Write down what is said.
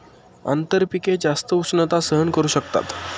आंतरपिके जास्त उष्णता सहन करू शकतात